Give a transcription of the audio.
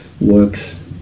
works